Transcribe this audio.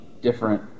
different